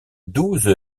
douze